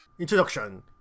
Introduction